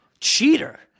Cheater